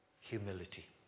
humility